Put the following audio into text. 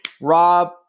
Rob